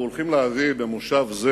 אנחנו הולכים להביא במושב זה